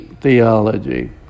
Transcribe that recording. theology